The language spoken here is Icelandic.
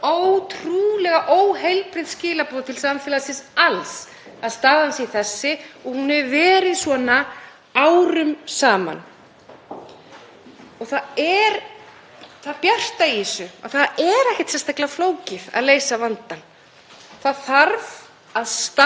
saman. Það bjarta í þessu er að það er ekkert sérstaklega flókið að leysa vandann. Það þarf að standa með þessum stofnunum sem hafa þessi verkefni með höndum. Það þarf að standa með lögreglunni, ákæruvaldinu, dómstólunum og Fangelsismálastofnun.